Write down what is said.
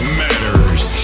matters